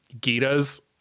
Gita's